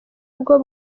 bwo